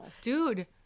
Dude